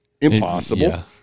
impossible